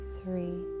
three